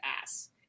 ass